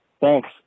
Thanks